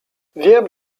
wiem